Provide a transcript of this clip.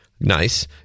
Nice